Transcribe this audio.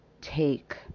take